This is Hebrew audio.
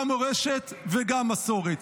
גם מורשת וגם מסורת.